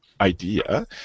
Idea